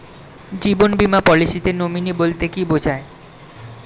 জীবন বীমা পলিসিতে নমিনি বলতে কি বুঝায়?